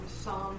Psalm